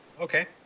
Okay